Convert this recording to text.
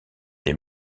des